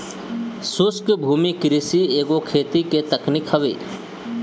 शुष्क भूमि कृषि एगो खेती के तकनीक हवे